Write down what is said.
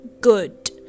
Good